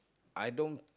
I don't